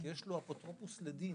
יש לו אפוטרופוס לדין.